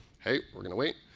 hey, we're going to wait.